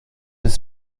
bis